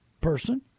person